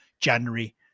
january